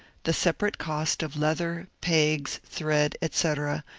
the separate cost of leather, pegs, thread, etc,